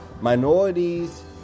minorities